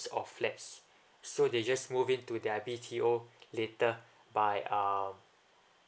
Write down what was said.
or flats so they just move in to their B_T_O later by ah